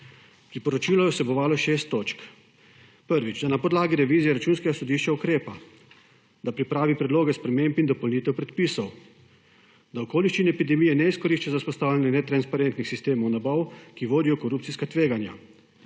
Priporočilo je vsebovalo šest točk. Prvič, da na podlagi revizije Računskega sodišča ukrepa. Da pripravi predloge sprememb in dopolnitev predpisov. Da okoliščine epidemije ne izkorišča za vzpostavljanje netransparentnih sistemov nabav, ki vodijo v korupcijska tveganja.